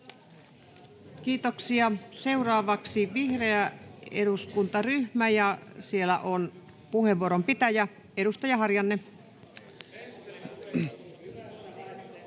Kiitoksia. — Seuraavaksi vihreä eduskuntaryhmä, ja siellä on puheenvuoron pitäjä edustaja Harjanne.